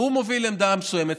הוא מוביל עמדה מסוימת,